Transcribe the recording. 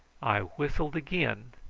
i whistled again,